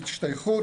השתייכות,